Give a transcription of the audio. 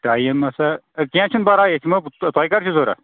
time ہَسا کیٚنٛہہ چھُنہٕ پَرواے أسۍ یِمو تۄہہِ کَر چھُو ضروٗرت